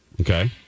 Okay